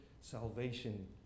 salvation